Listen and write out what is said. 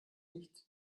nicht